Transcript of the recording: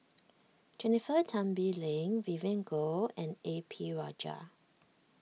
Jennifer Tan Bee Leng Vivien Goh and A P Rajah